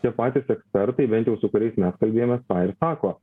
tie patys ekspertai bent jau su kuriais mes kalbėjomės tą ir sako